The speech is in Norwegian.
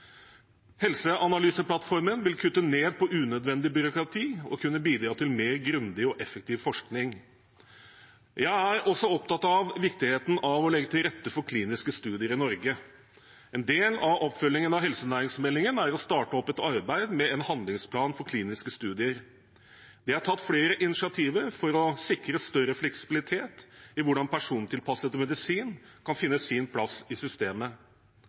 Helseanalyseplattformen vil kutte ned på unødvendig byråkrati og kunne bidra til mer grundig og effektiv forskning. Jeg er også opptatt av viktigheten av å legge til rette for kliniske studier i Norge. En del av oppfølgingen av helsenæringsmeldingen er å starte opp et arbeid med en handlingsplan for kliniske studier. Det er tatt flere initiativer for å sikre større fleksibilitet i hvordan persontilpasset medisin kan finne sin plass i systemet.